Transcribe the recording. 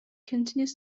continues